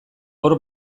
hor